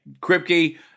kripke